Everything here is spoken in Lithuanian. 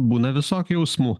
būna visokių jausmų